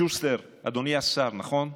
שוסטר, אדוני השר, נכון?